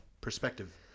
Perspective